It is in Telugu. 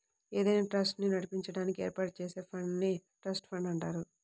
ఏదైనా ట్రస్ట్ ని నడిపించడానికి ఏర్పాటు చేసే ఫండ్ నే ట్రస్ట్ ఫండ్ అంటారు